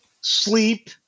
sleep